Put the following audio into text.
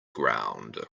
ground